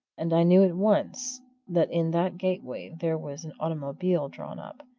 and i knew at once that in that gateway there was an automobile drawn up,